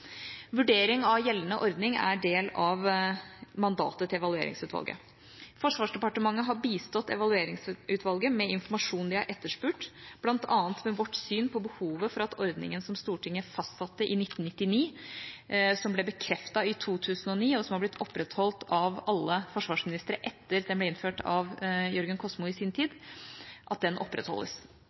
Vurdering av gjeldende ordning er del av mandatet til evalueringsutvalget. Forsvarsdepartementet har bistått evalueringsutvalget med informasjon de har etterspurt, bl.a. med vårt syn på behovet for at ordninga som Stortinget fastsatte i 1999, som ble bekreftet i 2009, og som har blitt opprettholdt av alle forsvarsministere etter at den i sin tid ble innført av Jørgen Kosmo, opprettholdes.